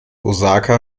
osaka